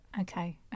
Okay